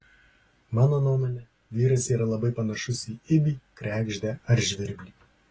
mano nuomone vyras yra labai panašus į ibį kregždę ar žvirblį